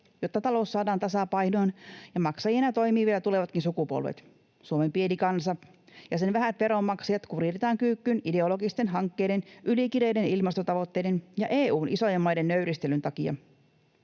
jotta talous saadaan tasapainoon, ja maksajina toimivat vielä tulevatkin sukupolvet. Suomen pieni kansa ja sen vähät veronmaksajat kuritetaan kyykkyyn ideologisten hankkeiden, ylikireiden ilmastotavoitteiden ja EU:n isojen maiden nöyristelyn takia.